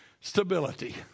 stability